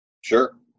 Sure